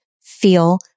feel